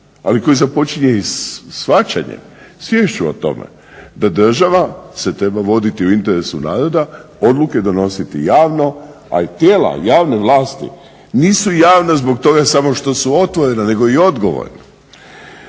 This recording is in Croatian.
ali koji započinje i shvaćanjem, sviješću o tome da država se treba voditi u interesu naroda odluke donositi javno, a i tijela javne vlasti nisu javna zbog toga samo što su otvorena nego i odgovorna.